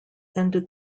ended